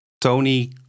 Tony